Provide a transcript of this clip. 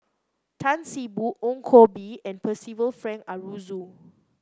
Tan See Boo Ong Koh Bee and Percival Frank Aroozoo